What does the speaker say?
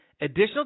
additional